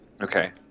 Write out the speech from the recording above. Okay